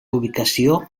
ubicació